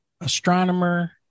astronomer